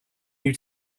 you